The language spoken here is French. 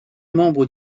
membre